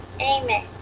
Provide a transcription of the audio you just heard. Amen